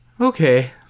Okay